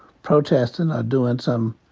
protesting or doing some,